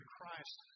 Christ